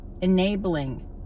enabling